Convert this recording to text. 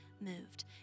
moved